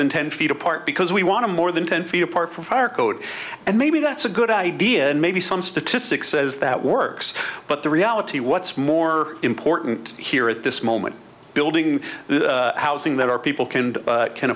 than ten feet apart because we want to more than ten feet apart from our code and maybe that's a good idea and maybe some statistics says that works but the reality what's more important here at this moment building out thing that our people can and can